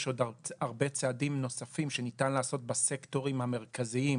יש עוד הרבה צעדים נוספים שניתן לעשות בסקטורים המרכזיים,